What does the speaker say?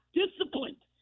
disciplined